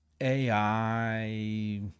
AI